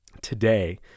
today